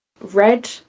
red